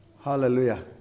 hallelujah